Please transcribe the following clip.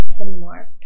anymore